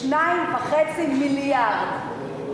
2.5 מיליארד,